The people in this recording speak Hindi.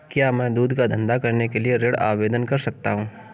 क्या मैं दूध का धंधा करने के लिए ऋण आवेदन कर सकता हूँ?